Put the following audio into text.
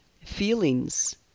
feelings